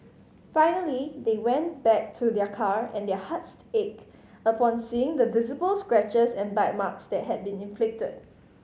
finally they went back to their car and their hearts ached upon seeing the visible scratches and bite marks that had been inflicted